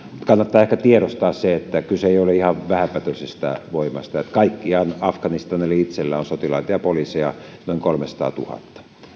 kannattaa ehkä tiedostaa se että kyse ei ole ihan vähäpätöisestä voimasta kaikkiaan afganistanilla itsellään on sotilaita ja poliiseja noin kolmesataatuhatta